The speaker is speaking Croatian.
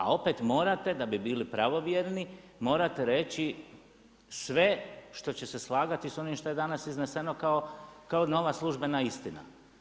A opet morate da bi bili pravovjerni, morate reći što će se slagati sa onim što je danas izneseno kao nova službena istina.